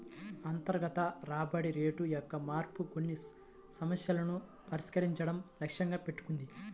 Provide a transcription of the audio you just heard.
అంతర్గత రాబడి రేటు యొక్క మార్పు కొన్ని సమస్యలను పరిష్కరించడం లక్ష్యంగా పెట్టుకుంది